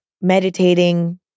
meditating